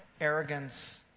arrogance